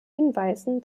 hinweisen